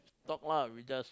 talk lah we just